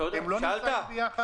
הם לא נכללים ביחד?